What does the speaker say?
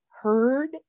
heard